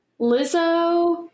Lizzo